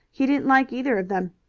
he didn't like either of them.